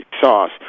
sauce